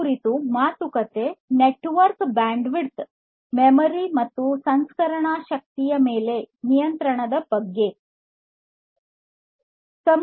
ಇದು network bandwidth memory ಮತ್ತು ಸಂಸ್ಕರಣಾ ಶಕ್ತಿಯ ಮೇಲೆ ನಿಯಂತ್ರಣದ ಬಗ್ಗೆ ಹೇಳುವುದು